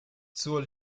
zur